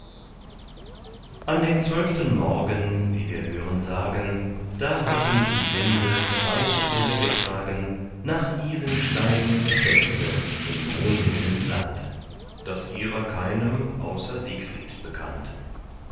an dem zwölften morgen wie wir hören sagen da hatten sie die winde weit hinweggetragen nach isenstein der feste in brunhildens land das ihrer keinem außer siegfried bekannt